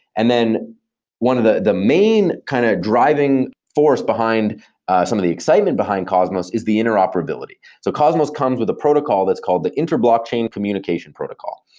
and then one of the the main kind of driving force behind some of the excitement behind cosmos is the interoperability. so cosmos comes with the protocol that's called the inter-blockchain communication protocol,